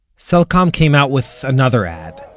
cellcom came out with another ad.